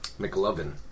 McLovin